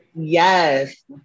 Yes